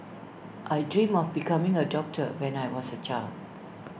I dreamt of becoming A doctor when I was A child